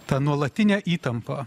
tą nuolatinę įtampą